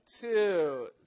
two